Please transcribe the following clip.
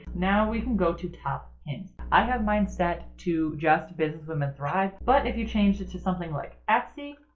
now we can go to top pins i have mine set to just business women thrive, but if you changed it to something like etsy,